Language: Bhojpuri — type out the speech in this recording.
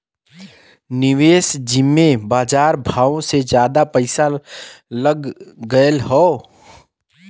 निवेस जिम्मे बजार भावो से जादा पइसा लग गएल हौ